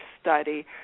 study